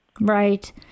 Right